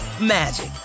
magic